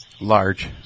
large